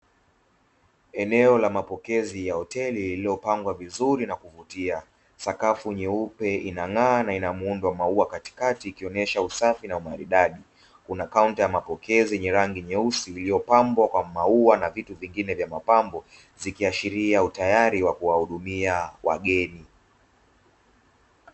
Eneo la mapokezi ya hoteli lililopangwa vizuri na kuvutia, sakafu nyeupe inang'aa ba ina muundo wa maua katikati ikionesha usafi na umaridadi, kuna kaunta ya mapokezi yenye rangi nyeusi iliyopambwa kwa maua na vitu vingine vya mapambo, zikiashiria utayari wa kuwahudumia wageni.